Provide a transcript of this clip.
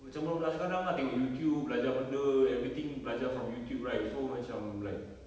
macam budak-budak sekarang ah tengok youtube belajar benda everything belajar from youtube right so macam like